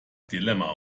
dilemma